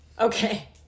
okay